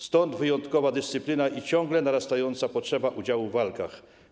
Stąd wyjątkowa dyscyplina i ciągle narastająca potrzeba udziału w walkach.